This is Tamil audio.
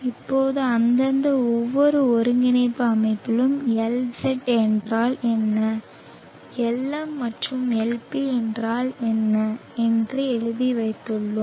இப்போது அந்தந்த ஒவ்வொரு ஒருங்கிணைப்பு அமைப்பிலும் Lz என்றால் என்ன Lm மற்றும் Lp என்றால் என்ன என்று எழுதி வைத்துள்ளோம்